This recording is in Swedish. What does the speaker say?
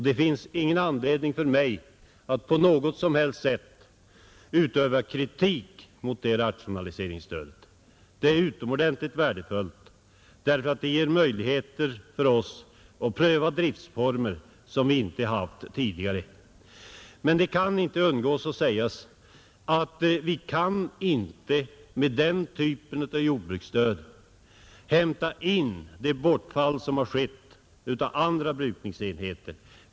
Det finns ingen anledning för mig att på något sätt framföra kritik mot det rationaliseringsstödet. Det är utomordentligt värdefullt därför att det ger möjligheter för oss att pröva driftsformer som vi inte haft tidigare. Men jag kan inte underlåta att säga att vi med den typen av jordbruksstöd inte kan hämta in det bortfall som har skett av andra brukningsenheter.